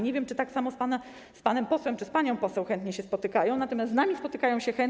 Nie wiem, czy tak samo z panem posłem czy z panią poseł chętnie się spotykają, natomiast z nami spotykają się chętnie.